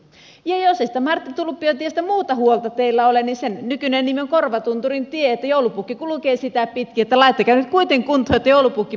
ja jos ei siitä marttitulppio tiestä muuta huolta teillä ole niin sen nykyinen nimi on korvatunturintie joulupukki kulkee sitä pitkin niin että laittakaa nyt kuitenkin kuntoon että joulupukki pääsee kulkemaan